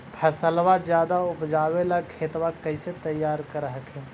फसलबा ज्यादा उपजाबे ला खेतबा कैसे तैयार कर हखिन?